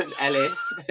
Ellis